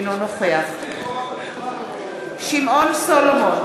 אינו נוכח שמעון סולומון,